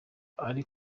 ari